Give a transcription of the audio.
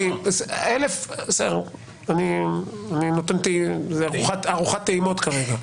בסדר, זה ארוחת טעימות כרגע.